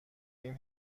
این